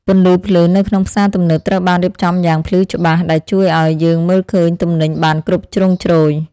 ពន្លឺភ្លើងនៅក្នុងផ្សារទំនើបត្រូវបានរៀបចំយ៉ាងភ្លឺច្បាស់ដែលជួយឱ្យយើងមើលឃើញទំនិញបានគ្រប់ជ្រុងជ្រោយ។